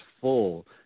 full